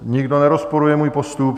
Nikdo nerozporuje můj postup?